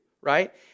right